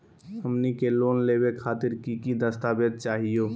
हमनी के लोन लेवे खातीर की की दस्तावेज चाहीयो?